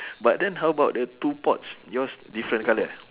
but then how about the two pots yours different colour ah